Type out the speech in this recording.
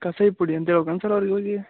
ಕಷಾಯದ ಪುಡಿ ಅಂತ ಹೇಳ್ಬೇಕನ್ ಸರ್ ಅವ್ರು ಇವರಿಗೆ